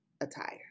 attire